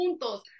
juntos